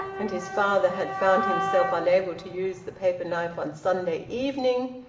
and his father had found himself unable to use the paper-knife on sunday evening,